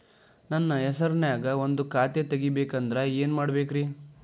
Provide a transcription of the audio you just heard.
ನನ್ನ ಹೆಸರನ್ಯಾಗ ಒಂದು ಖಾತೆ ತೆಗಿಬೇಕ ಅಂದ್ರ ಏನ್ ಮಾಡಬೇಕ್ರಿ?